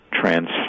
trans